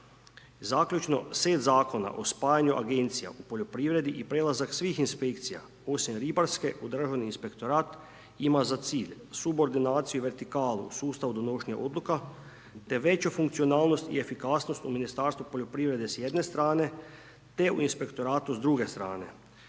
Zaključno, set zakona o spajanju agencija u poljoprivredi i prelazak svih inspekcija osim ribarske u državni inspektorat ima za cilj subordinaciju, vertikalu, sustav u donošenju odluka, te veću funkcionalnosti i efikasnosti u Ministarstvu poljoprivrede s jedne strane, te u inspektoratu s druge strane,